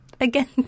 again